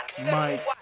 Mike